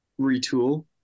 retool